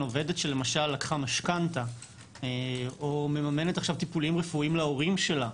עובדת שלמשל לקחה משכנתא או מממנת עכשיו טיפולים רפואיים להורים שלה,